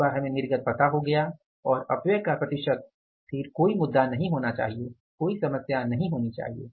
एक बार हमें निर्गत पता हो गया और अपव्यय का प्रतिशत फिर कोई मुद्दा नहीं होना चाहिए कोई समस्या नहीं होनी चाहिए